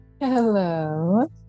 Hello